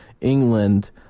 England